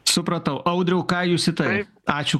supratau audriau ką jūs į tai ačiū